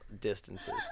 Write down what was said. distances